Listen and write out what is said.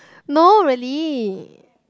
no really